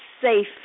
safe